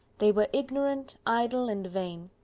they were ignorant, idle, and vain.